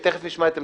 תיכף נשמע את עמדתך,